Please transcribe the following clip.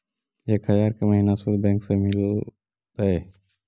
एक हजार के महिना शुद्ध बैंक से मिल तय?